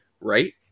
right